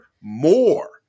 more